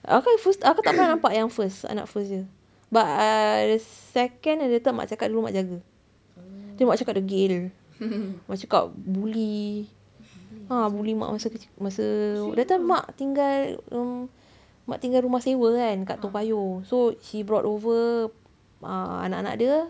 kakak first kakak tak pernah nampak yang first anak first dia but but err second at the time mak cakap dulu mak jaga lepas tu mak cakap degil mak cakap buli ah buli mak masa kecil masa that time mak tinggal um mak tinggal rumah sewa kan dekat toa payoh so she brought over ah anak-anak dia